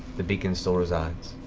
the beacon still resides.